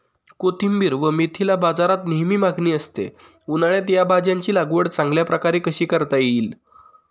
कोथिंबिर व मेथीला बाजारात नेहमी मागणी असते, उन्हाळ्यात या भाज्यांची लागवड चांगल्या प्रकारे कशी करता येईल?